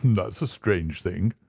that's a strange thing,